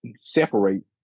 separate